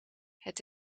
het